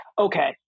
okay